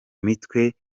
mitwe